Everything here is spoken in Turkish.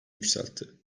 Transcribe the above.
yükseltti